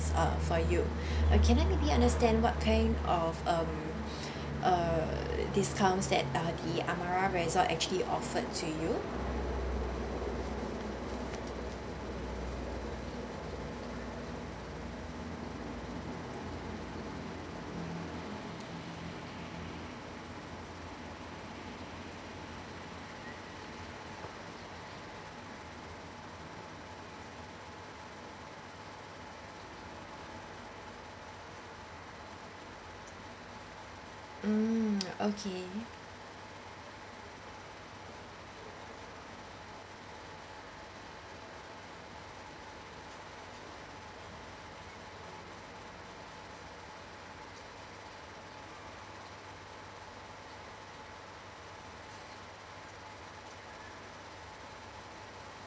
uh for you can I be be understand what kind of um uh discounts that uh the Amara resort actually offered to you mm okay